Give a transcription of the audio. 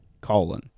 colon